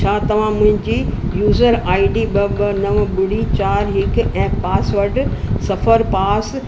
छा तव्हां मुंहिंजी यूज़र आई डी ॿ ॿ नव ॿुड़ी चारि हिक ऐं पासवर्ड सफर पास